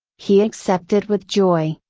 he accepted with joy,